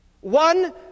One